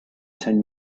ten